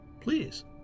Please